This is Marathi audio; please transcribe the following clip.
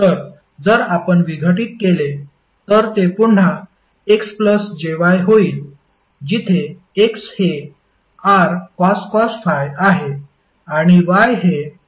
तर जर आपण विघटित केले तर ते पुन्हा x jy होईल जिथे x हे rcos ∅ आहे आणि y हे rsin ∅ आहे